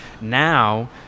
Now